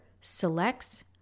selects